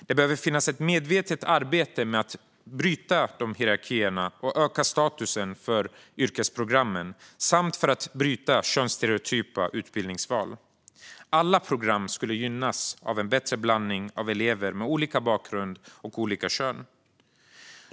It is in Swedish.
Det behöver finnas ett medvetet arbete för att bryta de här hierarkierna och öka statusen för yrkesprogrammen samt för att bryta könsstereotypa utbildningsval. Alla program skulle gynnas av en bättre blandning av elever med olika bakgrund och olika kön.